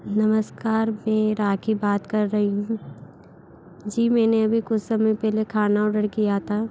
नमस्कार मैं राखी बात कर रही हूँ जी मैंने अभी कुछ समय पहले खाना ऑर्डर किया था